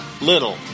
Little